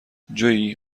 جویی